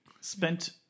spent